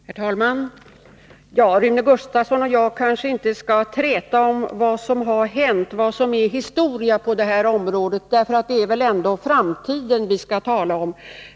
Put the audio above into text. Herr talman! Rune Gustavsson och jag kanske inte skall träta om vad som har hänt, vad som är historia på detta område. Det är ändå framtiden vi skall tala om.